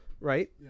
right